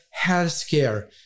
healthcare